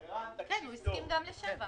ואם יש כאלה שאין להם ימי מחלה,